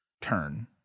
turn